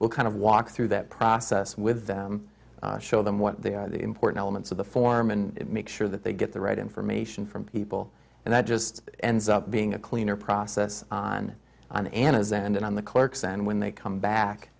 will kind of walk through that process with them show them what they are the important elements of the form and make sure that they get the right information from people and that just ends up being a cleaner process on on an ascendant on the clerks and when they come back